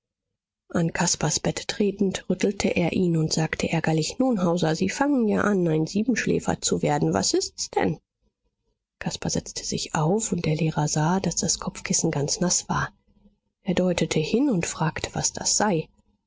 caspars bett tretend rüttelte er ihn und sagte ärgerlich nun hauser sie fangen ja an ein siebenschläfer zu werden was ist's denn caspar setzte sich auf und der lehrer sah daß das kopfkissen ganz naß war er deutete hin und fragte was das sei